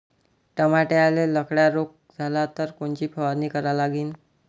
टमाट्याले लखड्या रोग झाला तर कोनची फवारणी करा लागीन?